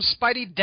Spidey